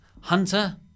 Hunter